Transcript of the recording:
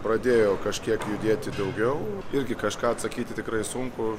pradėjo kažkiek judėti daugiau irgi kažką atsakyti tikrai sunku